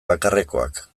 bakarrekoak